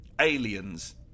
Aliens